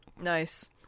Nice